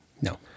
No